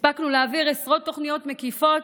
הספקנו להעביר עשרות תוכניות מקיפות